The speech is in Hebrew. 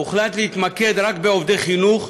הוחלט להתמקד רק בעובדי חינוך,